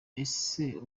ese